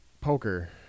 poker